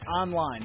Online